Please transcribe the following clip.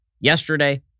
yesterday